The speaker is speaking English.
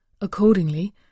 Accordingly